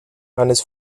eines